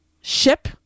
ship